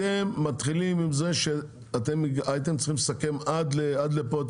אתם מתחילים עם זה שהייתם צריכים לסכם עד לפה,